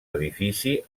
edifici